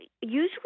usually